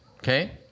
Okay